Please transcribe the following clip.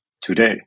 today